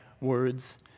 words